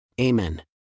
Amen